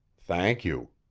thank you,